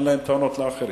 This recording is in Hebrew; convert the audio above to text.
אין להם טענות לאחרים.